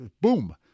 boom